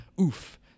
Oof